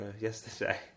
yesterday